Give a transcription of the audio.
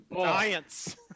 Science